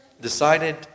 decided